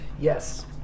yes